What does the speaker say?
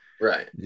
Right